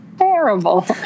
terrible